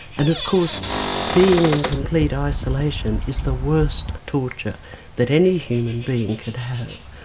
and of course being in complete isolation is the worst torture that any human being could have.